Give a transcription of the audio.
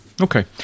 Okay